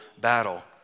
battle